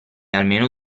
almeno